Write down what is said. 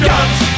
Guns